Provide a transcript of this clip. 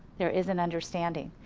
there is an understanding.